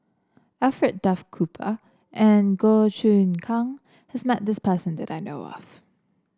Alfred Duff Cooper and Goh Choon Kang has met this person that I know of